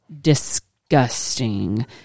disgusting